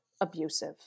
abusive